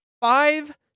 Five